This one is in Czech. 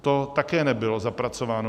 To také nebylo zapracováno.